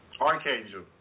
archangel